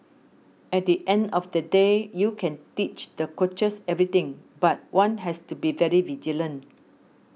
at the end of the day you can teach the coaches everything but one has to be very vigilant